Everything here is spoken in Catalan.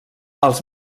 els